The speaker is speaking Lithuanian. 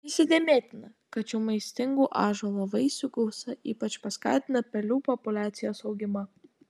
įsidėmėtina kad šių maistingų ąžuolo vaisių gausa ypač paskatina pelių populiacijos augimą